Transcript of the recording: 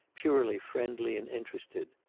purely friendly and interested.